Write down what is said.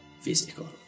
physical